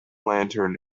lantern